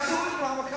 תנסו את זה פעם אחת.